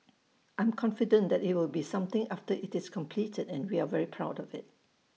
I'm confident that IT will be something after IT is completed and we are very proud of IT